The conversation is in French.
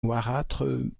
noirâtre